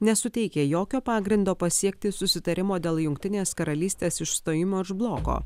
nesuteikia jokio pagrindo pasiekti susitarimo dėl jungtinės karalystės išstojimo iš bloko